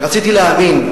ורציתי להאמין,